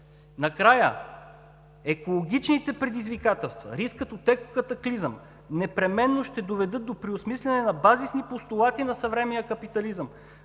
Накрая, екологичните предизвикателства, рискът от екокатаклизъм, непременно ще доведат до преосмисляне на базисни постулати на съвременния капитализъм